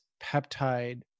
peptide